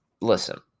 listen